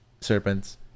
Serpents